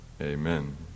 amen